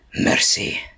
Mercy